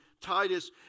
Titus